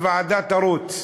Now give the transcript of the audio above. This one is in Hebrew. הוועדה תרוץ.